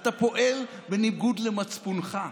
אתה פועל בניגוד למצפונך,